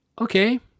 okay